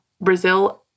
Brazil